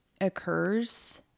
occurs